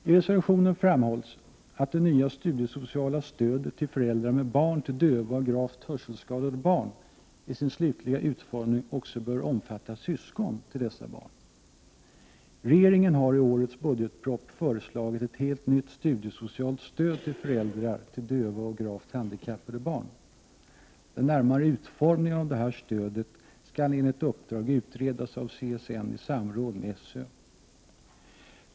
I reservationen framhålls att det nya studiesociala stödet till föräldrar till döva och gravt hörselskadade barn i sin slutliga utformning också bör omfatta syskon till dessa barn. Regeringen har i årets budgetproposition föreslagit ett helt nytt studiesocialt stöd till föräldrar till döva och gravt handikappade barn. Den närmare utformningen av det stödet skall enligt uppdrag utredas av CSN i samråd med SÖ.